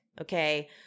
okay